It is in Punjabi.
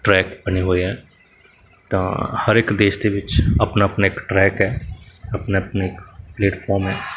ਟਰੈਕ ਬਣੇ ਹੋਏ ਆ ਤਾਂ ਹਰ ਇੱਕ ਦੇਸ਼ ਦੇ ਵਿੱਚ ਆਪਣਾ ਆਪਣਾ ਇੱਕ ਟਰੈਕ ਹੈ ਆਪਣੇ ਆਪਣੇ ਇੱਕ ਪਲੇਟਫਾਰਮ ਹੈ